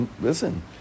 listen